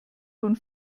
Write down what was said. von